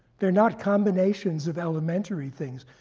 they're not combinations of elementary things.